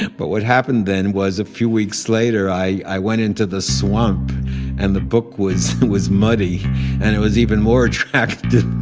but what happened then was, a few weeks later, i went into the swamp and the book was was muddy and it was even more attractive to